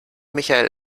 michael